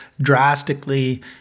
drastically